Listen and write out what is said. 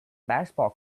basketball